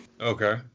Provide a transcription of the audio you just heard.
Okay